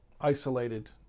isolated